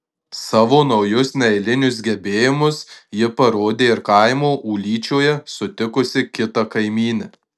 savo naujus neeilinius gebėjimus ji parodė ir kaimo ūlyčioje sutikusi kitą kaimynę